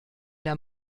der